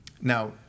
Now